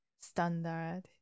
standard